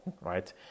right